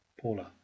Paula